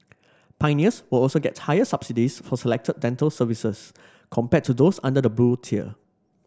pioneers will also get higher subsidies for selected dental services compared to those under the Blue Tier